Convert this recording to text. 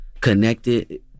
connected